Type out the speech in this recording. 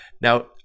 Now